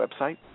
website